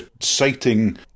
citing